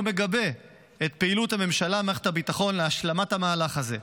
ומגבה את פעילות הממשלה ומערכת הביטחון להשלמת המהלך הזה.